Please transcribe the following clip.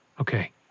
Okay